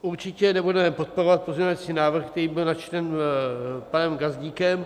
Určitě nebudeme podporovat pozměňovací návrh, který byl načten panem Gazdíkem.